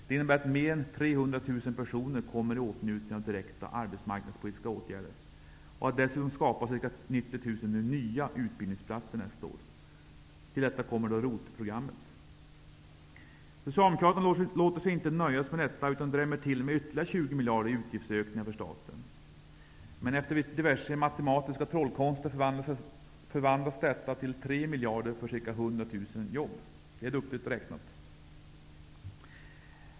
Det innebär att mer än 300 000 människor kommer i åtnjutande av direkta arbetsmarknadspolitiska åtgärder och att det dessutom skapas ca 90 000 nya utbildningsplatser nästa år. Till detta kommer ROT-programmet. Socialdemokraterna låter sig inte nöja med detta, utan drämmer till med ytterligare 20 miljarder i utgiftsökningar för staten. Men efter diverse matematiska trollkonster förvandlas detta till 3 miljarder för ca 100 000 jobb. Det är duktigt räknat.